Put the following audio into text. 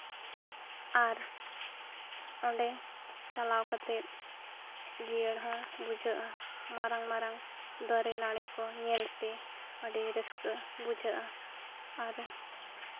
ᱟᱨ ᱚᱸᱰᱮ ᱪᱟᱞᱟᱣ ᱠᱟᱛᱮ ᱡᱤᱭᱟᱹᱲ ᱦᱚᱸ ᱵᱩᱡᱷᱟᱹᱜᱼᱟ ᱢᱟᱨᱟᱝ ᱢᱟᱨᱟᱝ ᱫᱟᱨᱮ ᱱᱟᱹᱲᱤ ᱠᱚ ᱧᱮᱞᱛᱮ ᱟᱹᱰᱤ ᱨᱟᱹᱥᱠᱟ ᱵᱩᱷᱟᱹᱜᱼᱟ ᱟᱨ